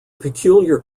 peculiar